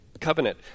covenant